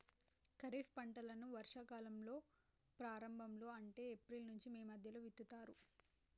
ఖరీఫ్ పంటలను వర్షా కాలం ప్రారంభం లో అంటే ఏప్రిల్ నుంచి మే మధ్యలో విత్తుతరు